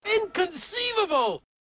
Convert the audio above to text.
Inconceivable